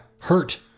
Hurt